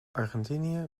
argentinië